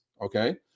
okay